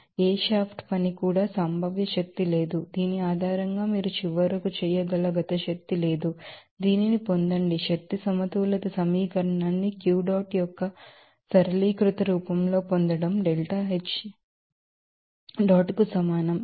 కాబట్టి ఏ shaft work కూడా పొటెన్షియల్ ఎనెర్జి లేదు దీని ఆధారంగా మీరు చివరకు చేయగల కైనెటిక్ ఎనెర్జి లేదు దీనిని పొందండి ఎనర్జీ బాలన్స్ ఈక్వేషన్ న్ని Q dot యొక్క సరళీకృత రూపంలోకి పొందడం delta H dot కు సమానం